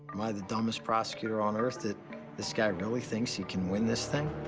am i the dumbest prosecutor on earth that this guy really thinks he can win this thing?